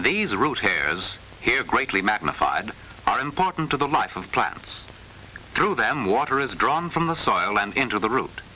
these root hairs here greatly magnified are important to the life of plants through them water is drawn from the soil and into the root